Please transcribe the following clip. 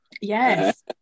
yes